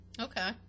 Okay